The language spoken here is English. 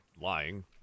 lying